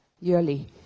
yearly